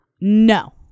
no